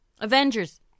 Avengers